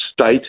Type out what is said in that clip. state